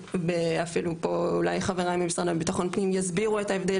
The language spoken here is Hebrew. אפילו פה אולי חבריי ממשרד הביטחון פנים יסבירו את ההבדל